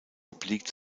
obliegt